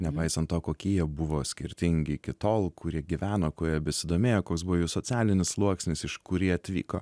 nepaisant to kokie jie buvo skirtingi iki tol kur jie gyveno kuo jie besidomėjo koks buvo jų socialinis sluoksnis iš kur jie atvyko